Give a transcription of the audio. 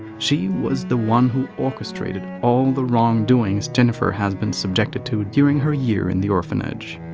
she was the one who orchestrated all the wrongdoings jennifer has been subjected to during her year in the orphanage.